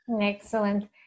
Excellent